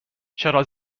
چرا